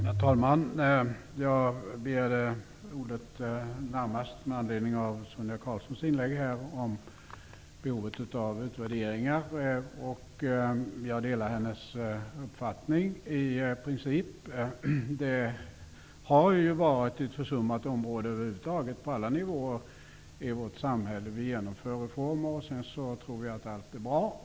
Herr talman! Jag begärde ordet närmast med anledning av Sonia Karlssons inlägg om behovet av utvärderingar. Jag delar i princip hennes uppfattning. Det har ju över huvud taget var ett försummat område på alla nivåer i vårt samhälle. Vi genomför reformer, sedan tror vi att allt är bra.